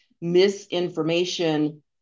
misinformation